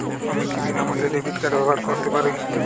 আমি কি বিনামূল্যে ডেবিট কার্ড ব্যাবহার করতে পারি?